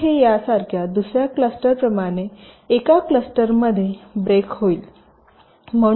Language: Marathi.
येथे हे यासारख्या दुसर्या क्लस्टर प्रमाणे एका क्लस्टर मध्ये ब्रेक होईल